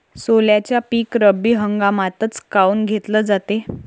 सोल्याचं पीक रब्बी हंगामातच काऊन घेतलं जाते?